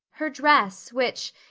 her dress, which,